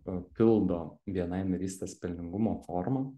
papildo bni narystės pelningumo formą